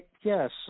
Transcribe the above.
Yes